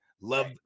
Love